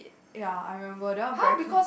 ya I remember that one very clear